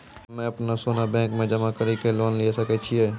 हम्मय अपनो सोना बैंक मे जमा कड़ी के लोन लिये सकय छियै?